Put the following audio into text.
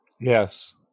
Yes